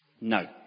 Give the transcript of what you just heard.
No